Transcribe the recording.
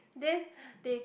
then they